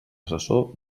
assessor